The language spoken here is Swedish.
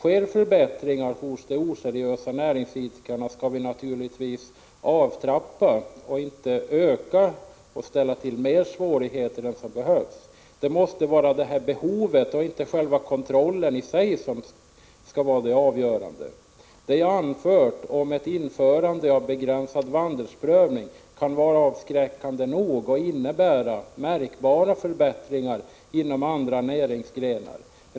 Om förbättringar sker hos de oseriösa näringsidkarna skall vi naturligtvis avtrappa och inte öka ingreppen och ställa till er svårigheter för dem än som behövs. Det måste vara detta behov och inte själva kontrollen i sig som skall vara det avgörande. Det jag har anfört om ett införande av begränsad vandelsprövning kan vara avskräckande nog och innebära märkbara förbättringar inom andra näringsgrenar.